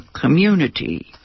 community